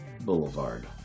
Boulevard